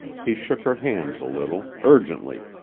he shook her hands a little, urgently,